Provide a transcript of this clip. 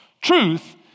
truth